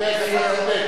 תהיה שר.